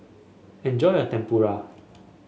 enjoy your Tempura